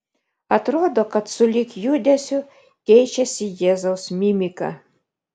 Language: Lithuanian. atrodo kad sulig judesiu keičiasi jėzaus mimika